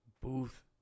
Booth